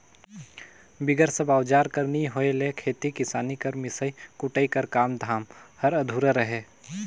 बिगर सब अउजार कर नी होए ले खेती किसानी कर मिसई कुटई कर काम धाम हर अधुरा रहें